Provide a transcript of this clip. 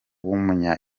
w’umunya